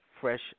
fresh